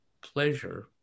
pleasure